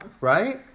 right